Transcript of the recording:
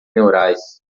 neurais